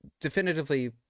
definitively